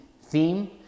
theme